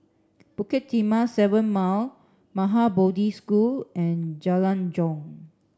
Bukit Timah Seven Mile Maha Bodhi School and Jalan Jong